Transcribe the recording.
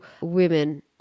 women